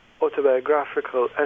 autobiographical